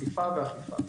אכיפה ואכיפה.